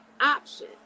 option